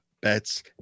bets